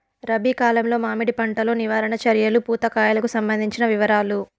రబి కాలంలో మామిడి పంట లో నివారణ చర్యలు పూత కాయలకు సంబంధించిన వివరాలు?